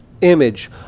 image